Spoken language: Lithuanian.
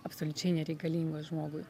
absoliučiai nereikalingos žmogui